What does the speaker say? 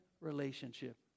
relationship